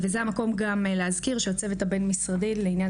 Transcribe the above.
זה המקום גם להזכיר שהצוות הבין-משרדי לעניין